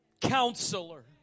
counselor